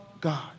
God